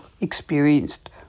experienced